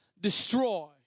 destroy